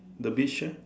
the beach ah